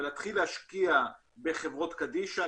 ולהתחיל להשקיע בחברות קדישא,